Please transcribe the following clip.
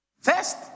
First